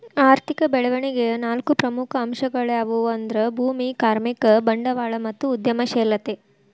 ಆರ್ಥಿಕ ಬೆಳವಣಿಗೆಯ ನಾಲ್ಕು ಪ್ರಮುಖ ಅಂಶಗಳ್ಯಾವು ಅಂದ್ರ ಭೂಮಿ, ಕಾರ್ಮಿಕ, ಬಂಡವಾಳ ಮತ್ತು ಉದ್ಯಮಶೇಲತೆ